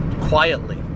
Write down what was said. quietly